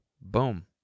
Boom